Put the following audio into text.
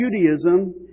Judaism